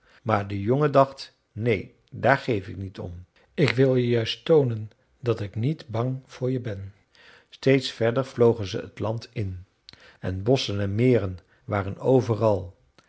maar de jongen dacht neen daar geef ik niet om ik wil je juist toonen dat ik niet bang voor je ben steeds verder vlogen ze het land in en bosschen en meren waren overal